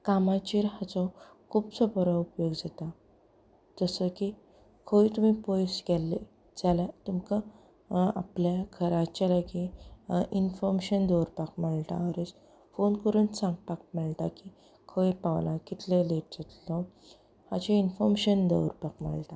कामाचेर हाचो खुबसो बरो उपयोग जाता जसो की खंय तुमी पयस गेल्ले जाल्यार तुमकां आपल्या घराच्या लागीं इनफोमेशन दवरपाक मेळटा ऑर एल्स फोन करून सांगपाक मेळटा की खंय पावलां कितले लेट जातलो हाचें इन्फोमेशन दवरपाक मेळटा